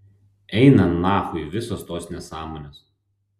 eina nachui visos tos nesąmonės